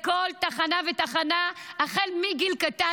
בכל תחנה ותחנה החל מגיל קטן,